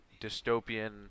dystopian